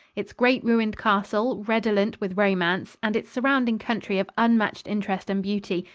its great ruined castle, redolent with romance, and its surrounding country of unmatched interest and beauty,